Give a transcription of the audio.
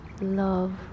love